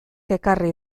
ekarri